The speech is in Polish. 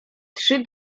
trzy